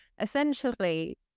essentially